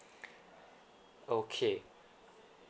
okay